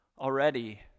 already